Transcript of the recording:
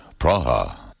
Praha